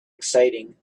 exciting